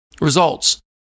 results